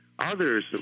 Others